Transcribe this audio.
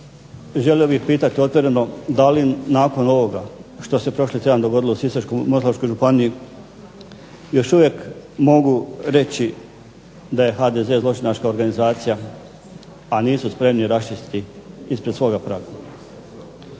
želio bih pitati otvoreno da li nakon ovoga što se prošli tjedan dogodilo u Sisačko-moslavačkoj županiji još uvijek mogu reći da je HDZ zločinačka organizacija, a nisu spremni raščistiti ispred svoga praga.